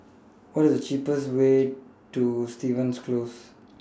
What IS The cheapest Way to Stevens Close